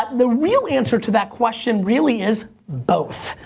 the real answer to that question, really, is both.